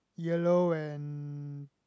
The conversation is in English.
yellow and